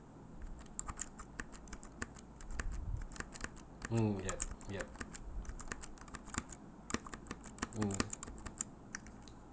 mm yeah yep mm